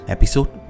Episode